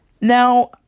Now